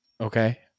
Okay